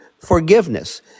forgiveness